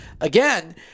again